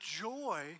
joy